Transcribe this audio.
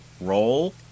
roll